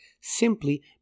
simply